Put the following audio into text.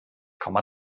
komma